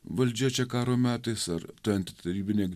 valdžia čia karo metais ar ta antitarybine